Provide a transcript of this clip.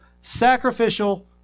sacrificial